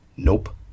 Nope